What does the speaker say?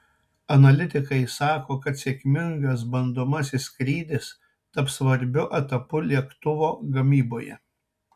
analitikai sako kad sėkmingas bandomasis skrydis taps svarbiu etapu lėktuvo gamyboje